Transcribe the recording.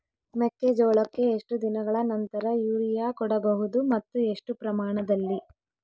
ಮೆಕ್ಕೆಜೋಳಕ್ಕೆ ಎಷ್ಟು ದಿನಗಳ ನಂತರ ಯೂರಿಯಾ ಕೊಡಬಹುದು ಮತ್ತು ಎಷ್ಟು ಪ್ರಮಾಣದಲ್ಲಿ?